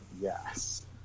yes